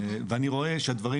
ואני רואה שהדברים